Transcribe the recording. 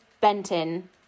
Benton